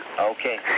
Okay